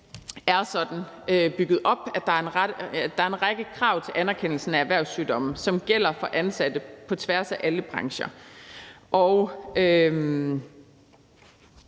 er sådan bygget op, at der er en række krav til anerkendelsen af erhvervssygdomme, som gælder for ansatte på tværs af alle brancher.